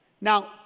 Now